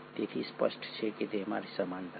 તેથી સ્પષ્ટ છે કે તેમાં સમાનતાઓ છે